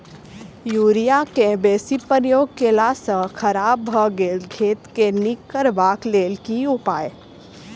Urea केँ बेसी प्रयोग केला सऽ खराब भऽ गेल खेत केँ नीक करबाक लेल की उपाय?